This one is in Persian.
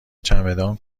چمدان